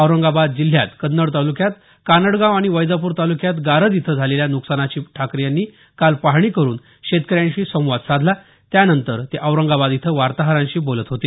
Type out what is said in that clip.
औरंगाबाद जिल्ह्यात कन्नड तालुक्यात कानडगाव आणि वैजापूर तालुक्यात गारज इथं झालेल्या न्कसानाची ठाकरे यांनी काल पाहणी करून शेतकऱ्यांशी संवाद साधला त्यानंतर ते औरंगाबाद इथं वार्ताहरांशी बोलत होते